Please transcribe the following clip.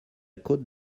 côte